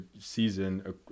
season